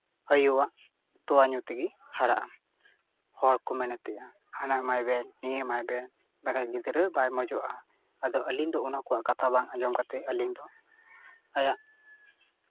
ᱟᱭᱳᱣᱟᱜ ᱛᱳᱣᱟ ᱧᱩ ᱛᱮᱜᱮ ᱦᱟᱨᱟᱜᱼᱟ ᱦᱚᱲ ᱠᱚ ᱢᱮᱱᱮᱜ ᱛᱟᱦᱮᱸᱜᱼᱟ ᱦᱟᱱᱟ ᱮᱢᱟᱭ ᱵᱮᱱ ᱱᱤᱭᱟᱹ ᱮᱢᱟᱭ ᱵᱮᱱ ᱵᱟᱝᱠᱷᱟᱡ ᱜᱤᱫᱽᱨᱟᱹ ᱵᱟᱭ ᱢᱚᱡᱚᱜᱼᱟ ᱟᱫᱚ ᱟᱹᱞᱤᱧ ᱫᱚ ᱚᱱᱟ ᱠᱚ ᱠᱟᱛᱷᱟ ᱵᱟᱝ ᱟᱸᱡᱚᱢ ᱠᱟᱛᱮ ᱟᱹᱞᱤᱧ ᱫᱚ ᱟᱭᱟᱜ